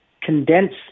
condense